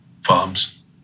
farms